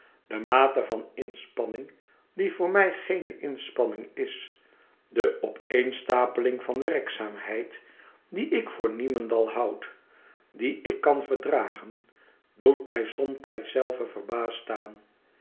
de mate van inspanning die voor mij geene inspanning is de opeenstapeling van werkzaamheid die ik voor niemendal houd die ik kan verdragen doet mij somtijds zelve verbaasd staan